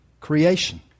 creation